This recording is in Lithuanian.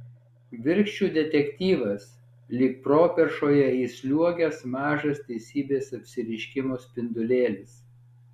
virkščių detektyvas lyg properšoje įsliuogęs mažas teisybės apsireiškimo spindulėlis